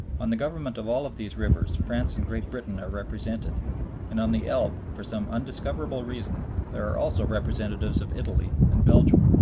on the government of all these rivers france and great britain are represented and on the elbe for some undiscoverable reason there are also representatives of italy and belgium.